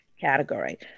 category